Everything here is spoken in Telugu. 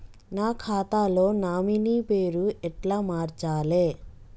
నా ఖాతా లో నామినీ పేరు ఎట్ల మార్చాలే?